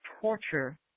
torture